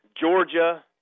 Georgia